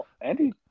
Andy